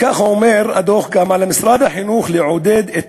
כך אומר הדוח: על משרד החינוך לעודד את